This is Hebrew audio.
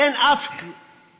אין אף סעיף